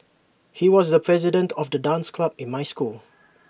he was the president of the dance club in my school